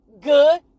good